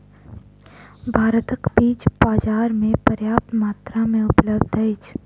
भारतक बीज बाजार में पर्याप्त मात्रा में उपलब्ध अछि